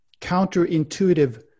counterintuitive